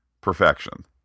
Perfection